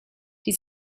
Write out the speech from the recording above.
die